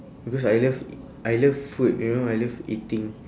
because I love e~ I love food you know I love eating